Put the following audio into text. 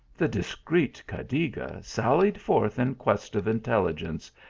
the discreet cadiga sallied forth in quest of intelligence,